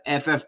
FF